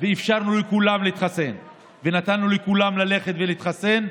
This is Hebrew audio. ואפשרנו לכולם להתחסן ונתנו לכולם ללכת להתחסן,